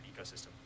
ecosystem